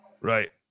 Right